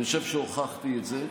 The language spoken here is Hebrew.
אני חושבת שהוכחתי את זה.